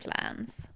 plans